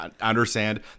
understand